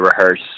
rehearse